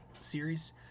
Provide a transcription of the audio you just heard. Series